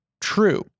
true